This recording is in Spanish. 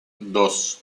dos